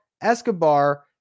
Escobar